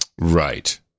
Right